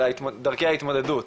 על דרכי ההתמודדות.